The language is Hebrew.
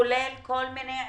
כולל כל מיני עיקולים,